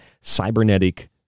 cybernetic